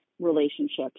relationships